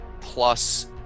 plus